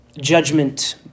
judgment